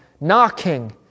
knocking